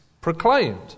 proclaimed